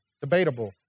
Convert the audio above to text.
debatable